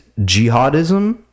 jihadism